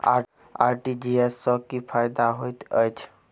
RTGS सँ की फायदा होइत अछि?